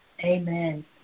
Amen